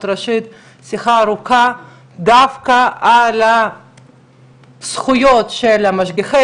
הראשית לשיחה ארוכה דווקא על הזכויות של משגיחי